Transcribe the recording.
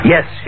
Yes